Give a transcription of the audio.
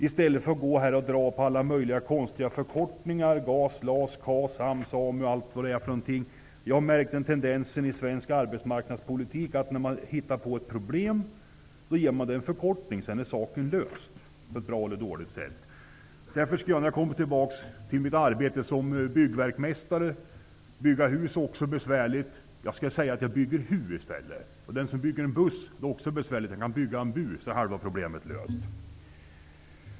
I stället för att dras med en mängd konstiga förkortningar GAS, LAS, KAS, AMS, AMU m.fl. borde man lösa de problem som förkortningen egentligen står för. Jag har märkt tendensen i svensk arbetsmarknadspolitik att när ett problem uppstår ger man problemet en förkortning, sedan är problemet löst till en del. Därför skall jag när jag kommer tillbaka till mitt arbete som byggverkmästare -- att bygga hus är också besvärligt -- säga att jag bygger ''hu'' i stället för hus. Den som bygger en buss, som också är besvärligt att bygga, kan säga att han bygger en ''bu'', så är halva problemet löst.